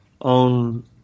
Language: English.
on